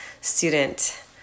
Student